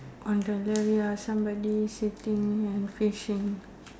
on the left ya somebody sitting and fishing